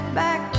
back